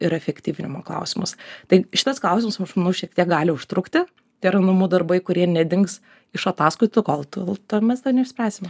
ir efektyvinimo klausimas tai šitas klausimas už mus šiek tiek gali užtrukti tai yra numų darbai kurie nedings iš ataskaitų kol tol to mes dar neišspręsim